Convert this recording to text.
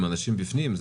אנשים בפנים,